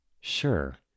Sure